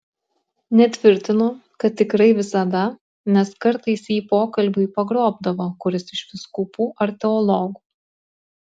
netvirtinu kad tikrai visada nes kartais jį pokalbiui pagrobdavo kuris iš vyskupų ar teologų